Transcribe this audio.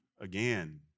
again